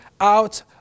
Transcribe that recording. out